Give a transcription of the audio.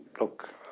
Look